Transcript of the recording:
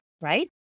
right